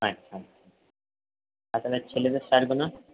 আচ্ছা আচ্ছা আচ্ছা আর ছেলেদের শার্টগুলো